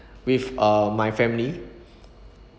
with uh my family